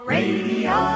Radio